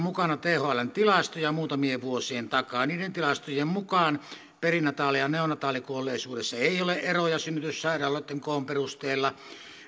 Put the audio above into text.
mukana thln tilastoja muutamien vuosien takaa niiden tilastojen mukaan perinataali ja neonataalikuolleisuudessa ei ole eroja synnytyssairaaloitten koon perusteella